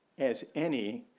as any,